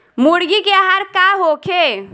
मुर्गी के आहार का होखे?